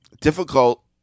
difficult